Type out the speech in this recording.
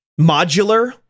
modular